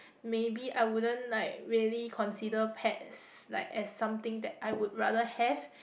maybe I wouldn't like really consider pets like as something that I would rather have